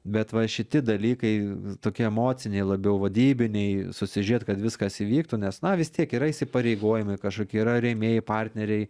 bet va šiti dalykai tokie emociniai labiau vadybiniai susižiūrėt kad viskas įvyktų nes na vis tiek yra įsipareigojimai kažkokie yra rėmėjai partneriai